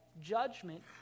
Judgment